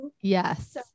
yes